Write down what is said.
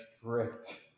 strict